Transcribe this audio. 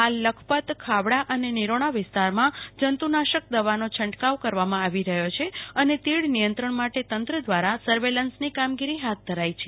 હાલ લખપતખાવડા અને નિરોણા વિસ્તારમાં જે ત્યાશક દેવાનો છંટકાેવ કરવામાં આવ્યી રહ્યો છે અને તીડ નિયંત્રણ માટે તંત્ર દ્રારા સર્વેલન્સની કામગીરી હાથે ધરાઈ છે